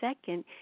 second